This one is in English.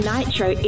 Nitro